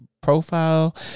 profile